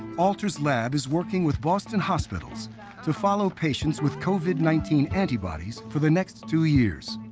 alter's lab is working with boston hospitals to follow patients with covid nineteen antibodies for the next two years.